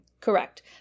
Correct